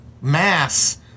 mass